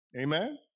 amen